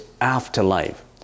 afterlife